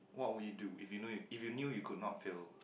what would you do if you know you if you knew you could not fail